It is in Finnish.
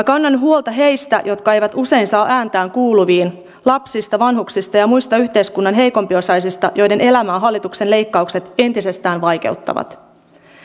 kannan huolta heistä jotka eivät usein saa ääntään kuuluviin lapsista vanhuksista ja muista yhteiskunnan heikompiosaisista joiden elämää hallituksen leikkaukset entisestään vaikeuttavat